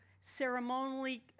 ceremonially